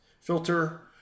filter